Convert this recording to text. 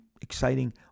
exciting